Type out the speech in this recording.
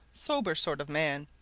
sober sort of man,